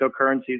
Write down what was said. cryptocurrencies